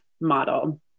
model